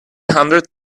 hundred